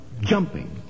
jumping